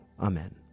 Amen